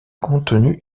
contenu